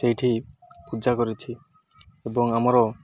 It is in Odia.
ସେଇଠି ପୂଜା କରିଛି ଏବଂ ଆମର